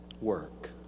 work